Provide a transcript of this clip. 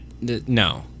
no